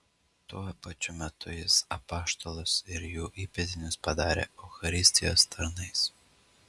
tuo pačiu metu jis apaštalus ir jų įpėdinius padarė eucharistijos tarnais